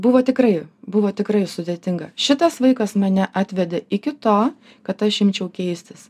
buvo tikrai buvo tikrai sudėtinga šitas vaikas mane atvedė iki to kad aš imčiau keistis